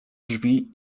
drzwi